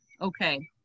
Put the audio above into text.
Okay